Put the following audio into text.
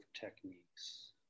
techniques